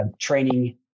training